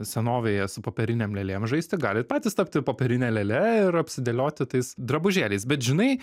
senovėje su popierinėm lėlėm žaisti gali patys tapti popierine lėle ir apsidėlioti tais drabužėliais bet žinai